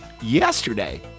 yesterday